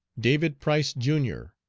david price, jr,